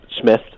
Smith